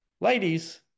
Ladies